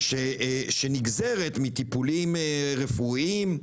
שנגזרת מטיפולים רפואיים,